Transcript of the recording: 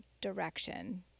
direction